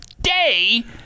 day